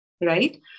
right